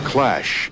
Clash